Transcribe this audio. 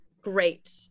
Great